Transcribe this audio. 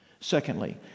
Secondly